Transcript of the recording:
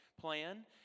plan